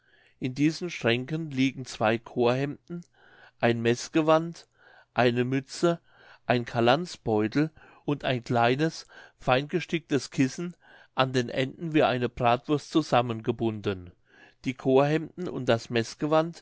in diesen schränken liegen zwei chorhemden ein meßgewand eine mütze ein calandsbeutel und ein kleines fein gesticktes kissen an den enden wie eine bratwurst zusammengebunden die chorhemden und das